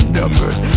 numbers